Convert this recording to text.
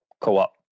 co-op